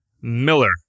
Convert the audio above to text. Miller